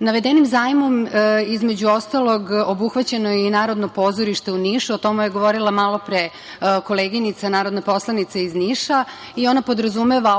Navedenim zajmom, između ostalog, obuhvaćeno je i Narodno pozorište u Nišu, o tome je govorila malopre koleginica narodna poslanica iz Niša, i ona podrazumeva